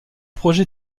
projet